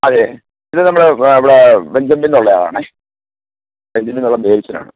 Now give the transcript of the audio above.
അതെ ഇത് നമ്മൾ ഇവിടെ ബെഞ്ചമിനിൽനിന്നുള്ള ആളാണെ ബെഞ്ചമിനിൽനിന്നുള്ള ബേബിച്ചനാണ്